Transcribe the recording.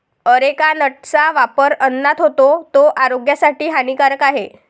areca नटचा वापर अन्नात होतो, तो आरोग्यासाठी हानिकारक आहे